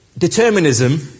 Determinism